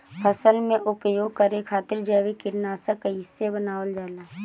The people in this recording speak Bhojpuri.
फसल में उपयोग करे खातिर जैविक कीटनाशक कइसे बनावल जाला?